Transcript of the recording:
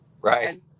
Right